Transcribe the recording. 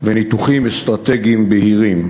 וניתוחים אסטרטגיים בהירים,